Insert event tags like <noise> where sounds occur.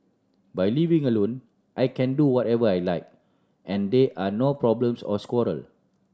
by living alone I can do whatever I like and there are no problems or <unintelligible> quarter